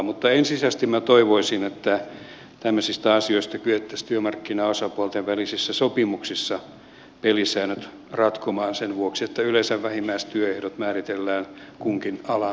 mutta ensisijaisesti minä toivoisin että tämmöisissä asioissa kyettäisiin työmarkkinaosapuolten välisissä sopimuksissa pelisäännöt ratkomaan sen vuoksi että yleensä vähimmäistyöehdot määritellään kunkin alan työehtosopimuksissa